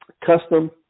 custom